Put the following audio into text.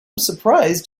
surprised